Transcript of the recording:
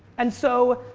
and so,